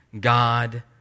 God